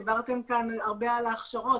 דיברתם כאן הרבה על ההכשרות,